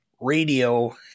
radio